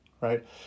right